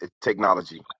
technology